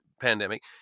pandemic